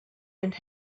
and